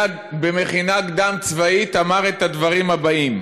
אמר במכינה קדם-צבאית את הדברים הבאים